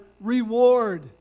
reward